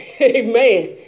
Amen